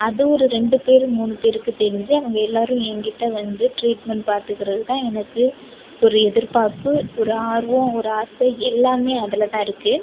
அது ஒரு ரெண்டு பேர் மூணு பேருக்கு தெரிஞ்சு அவங்க எல்லாரும் என் கிட்ட வந்து ட்ரீட்மென்ட் பார்த்துக்குறது தான் எனக்கு ஒரு எதிர்பாப்பு ஒரு ஆர்வம் ஒரு ஆசை எல்லாமே அதில் தான் இருக்கு